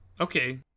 Okay